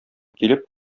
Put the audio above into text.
килеп